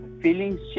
feelings